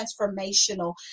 transformational